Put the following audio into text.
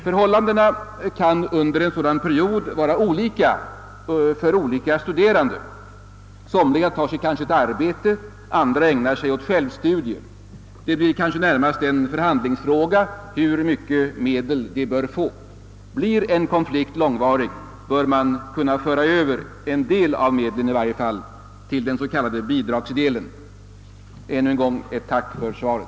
Förhållandena kan under en sådan period vara olika för olika studerande. Somliga tar sig kanske ett arbete medan andra ägnar sig åt självstudier. Det blir kanske närmast en förhandlingsfråga vilken storlek de studiemedel som skall utgå bör få. Blir en konflikt långvarig, bör man kunna föra över i varje fall en del av medlen till den s.k. bidragsdelen. Jag vill än en gång framföra ett tack för svaret.